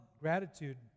gratitude